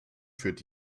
führt